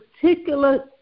particular